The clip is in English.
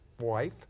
wife